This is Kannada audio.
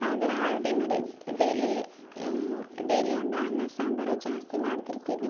ಆದರೆ ಆರ್ಡಿನರಿ ಡೆಲಿ ಡೆಲಿ ಅಂದ್ರ ಅನ್ನ ಸಾಂಬಾರೇ ಜಾಸ್ತಿ ಮಾಡ್ತಿರ್ತೀವಿ